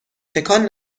تکان